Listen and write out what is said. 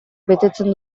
betetzen